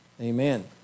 Amen